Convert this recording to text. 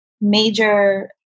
major